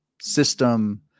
system